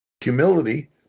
humility